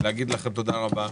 להגיד לכם תודה רבה.